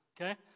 okay